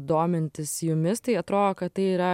domintis jumis tai atrodo kad tai yra